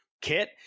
kit